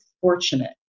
fortunate